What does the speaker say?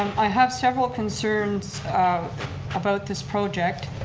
i have several concerns um about this project.